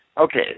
Okay